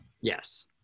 Yes